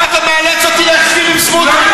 הוא יכול כחבר כנסת להציע מה שהוא רוצה,